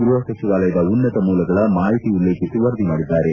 ಗ್ವಹ ಸಚಿವಾಲಯದ ಉನ್ನತ ಮೂಲಗಳ ಮಾಹಿತಿ ಉಲ್ಲೇಖಿಸಿ ವರದಿ ಮಾಡಿದ್ದಾರೆ